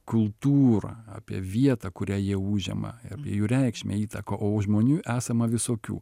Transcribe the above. kultūrą apie vietą kurią jie užima apie jų reikšmę įtaką o žmonių esama visokių